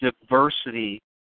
diversity